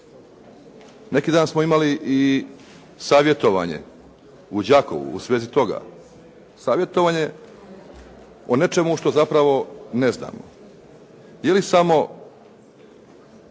Neki dan smo imali i savjetovanje u Đakovu, u svezi toga. Savjetovanje o nečemu što zapravo ne znamo.